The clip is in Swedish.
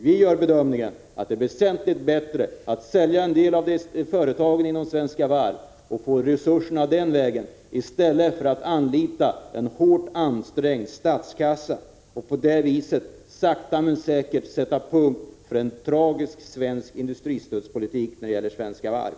Vi gör bedömningen att det är väsentligt bättre att sälja en del av företagen inom Svenska Varv och få resurserna den vägen än att anlita en hårt ansträngd statskassa och på det viset sakta men säkert sätta punkt för en tragisk svensk industristödspolitik när det gäller Svenska Varv.